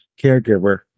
caregiver